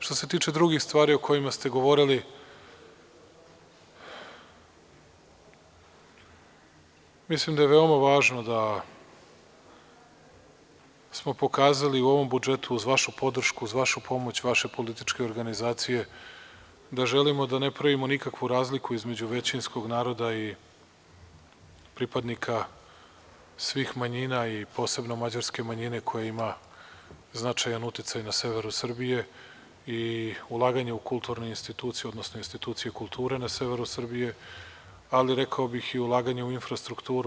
Što se tiče drugih stvari o kojima ste govorili, mislim da je veoma važno da smo pokazali u ovom budžetu, uz vašu podršku, uz vašu pomoć, vaše političke organizacije, da želimo da ne pravimo nikakvu razliku između većinskog naroda i pripadnika svih manjina, a posebno mađarske manjine koja ima značajan uticaj na severu Srbije i ulaganje u kulturne institucije, odnosno institucije kulture na severu Srbije, ali rekao bih i ulaganje u infrastrukturu.